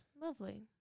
lovely